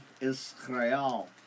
Israel